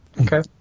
Okay